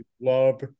love